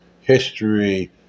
history